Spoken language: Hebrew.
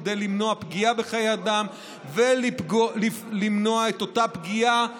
כדי למנוע פגיעה בחיי אדם ולמנוע את אותה פגיעה בשוק,